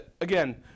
again